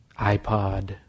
iPod